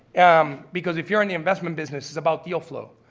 um because if you're in the investment business is about deal flow.